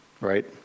right